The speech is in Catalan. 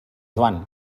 joan